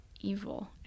evil